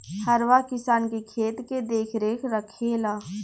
हरवाह किसान के खेत के देखरेख रखेला